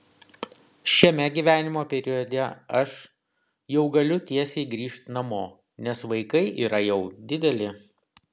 šiame gyvenimo periode aš jau galiu tiesiai grįžt namo nes vaikai yra jau dideli